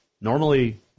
Normally